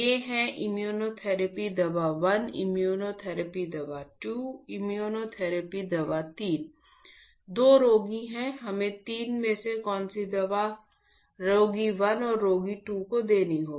ये हैं इम्यूनोथेरेपी दवा 1 इम्यूनोथेरेपी दवा 2 इम्यूनोथेरेपी दवा 3 दो रोगी हैं हमें 3 में से कौन सी दवा रोगी 1 और रोगी 2 को देनी है